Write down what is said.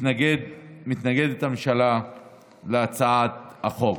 מתנגדה הממשלה להצעת החוק.